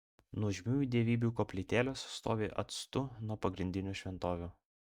nuožmiųjų dievybių koplytėlės stovi atstu nuo pagrindinių šventovių